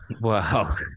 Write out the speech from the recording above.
Wow